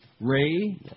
Ray